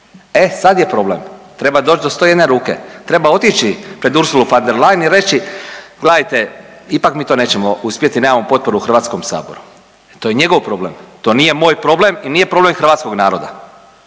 E sad je problem. Treba doći do 101 ruke. Treba otići pred Ursulu von der Leyen i reći, gledajte ipak mi to nećemo uspjeti, nemao potporu u HS-u. To je njegov problem, to nije moj problem i nije problem hrvatskog naroda.